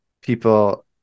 people